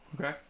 Okay